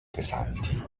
pesanti